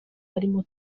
barimo